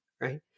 right